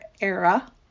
era